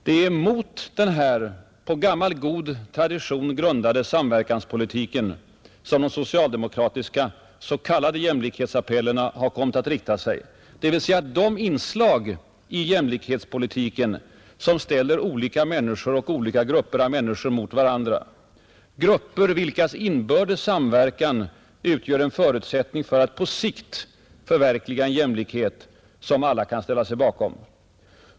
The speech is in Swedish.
Det är mot denna på gammal god tradition grundade samverkanspolitik som de socialdemokratiska s.k. jämlikhetsappellerna riktar sig, dvs. de inslag i jämlikhetspolitiken som ställer olika människor och olika grupper av människor mot varandra, grupper vilkas inbördes samverkan utgör en förutsättning för att på sikt förverkliga en jämlikhet som alla kan ställa sig bakom.